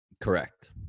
Correct